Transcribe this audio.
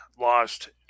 lost